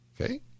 Okay